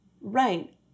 Right